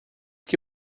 que